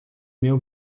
meu